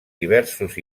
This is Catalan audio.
diversos